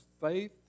faith